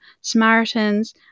Samaritans